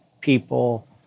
people